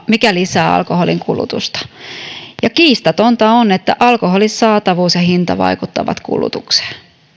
mikä lisää alkoholinkulutusta ja kiistatonta on että alkoholin saatavuus ja hinta vaikuttavat kulutukseen